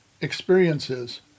experiences